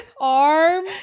arm